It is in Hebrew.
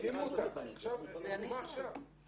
הוקמה לאחרונה.